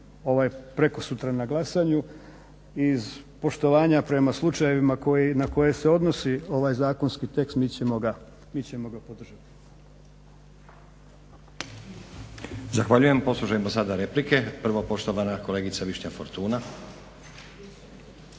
prekosutra na glasanju iz poštovanja prema slučajevima na koje se odnosi ovaj zakonski tekst mi ćemo ga podržati. **Stazić, Nenad (SDP)** Zahvaljujem. Poslušamo sada replike. Prvo poštovana kolegica Višnja Fortuna.